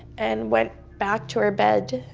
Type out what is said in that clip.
and went back to her bed,